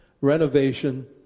renovation